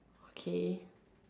okay